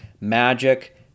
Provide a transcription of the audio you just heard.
magic